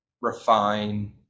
refine